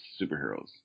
superheroes